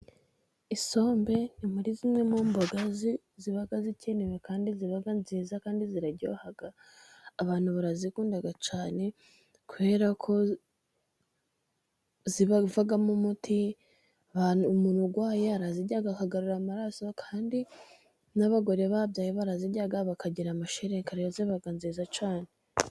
Isombe ni muri zimwe mu mboga ziba zikenewe kandi ziba nziza kandi ziraryoha. Abantu barazikunda cyane kubera ko zivamo umuti, umuntu urwaye arazirya akagarura amaraso kandi n'abagore babyaye baraziryaya bakagira amashereka. Rero ziba nziza cyane.